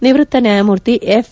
ನಿವೃತ್ತ ನ್ಯಾಯಮೂರ್ತಿ ಎಫ್